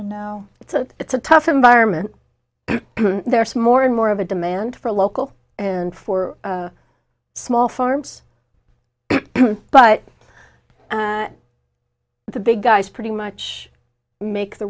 from now it's a it's a tough environment there's more and more of a demand for local and for small farms but the big guys pretty much make the